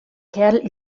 kerl